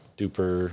duper